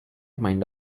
mind